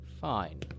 Fine